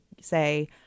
say